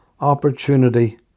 opportunity